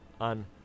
on